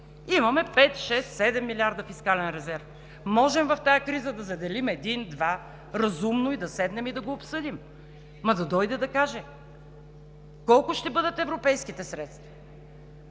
имаме 5, 6, 7 милиарда фискален резерв, можем в тази криза да заделим един-два разумно и да седнем да го обсъдим – ма да дойде да каже. Колко ще бъдат европейските средства